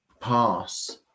pass